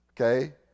okay